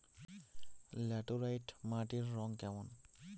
Laterite মাটির রং কেমন?